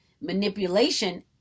manipulation